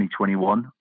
2021